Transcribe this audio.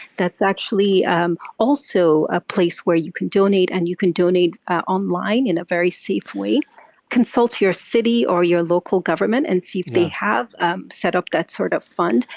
that's actually um also a place where you can donate, and you can donate online in a very safe way consult your city or your local government and see if they have set up that sort of fund.